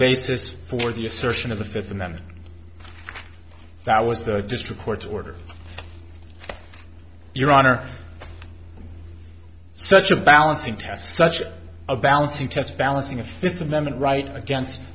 basis for the assertion of the fifth amendment that was the district court's order your honor such a balancing test such a balancing test balancing a fifth amendment right against